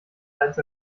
eins